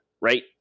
right